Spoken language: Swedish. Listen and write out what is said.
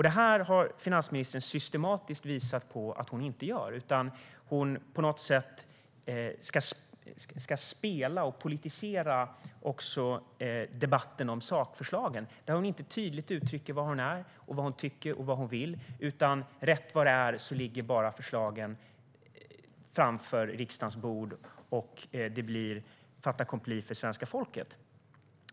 Detta har finansministern systematiskt visat att hon inte gör, utan hon ska på något sätt spela och politisera också debatten om sakförslagen. Hon uttrycker inte tydligt var hon står, vad hon tycker och vad hon vill, utan rätt vad det är ligger förslagen bara på riksdagens bord. Det blir fait accompli för svenska folket.